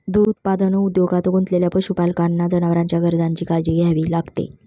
दूध उत्पादन उद्योगात गुंतलेल्या पशुपालकांना जनावरांच्या गरजांची काळजी घ्यावी लागते